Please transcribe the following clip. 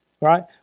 Right